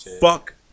Fuck